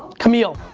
kamil.